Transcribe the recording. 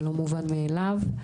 זה לא מובן מאליו.